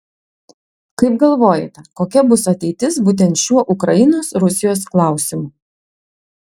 kaip galvojate kokia bus ateitis būtent šiuo ukrainos rusijos klausimu